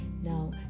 Now